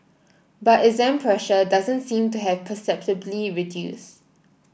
but exam pressure doesn't seem to have perceptibly reduced